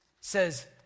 says